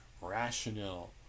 rationale